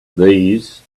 these